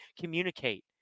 Communicate